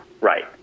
Right